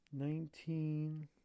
nineteen